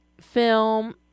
film